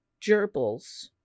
gerbils